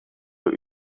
door